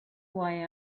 why